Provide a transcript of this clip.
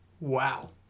Wow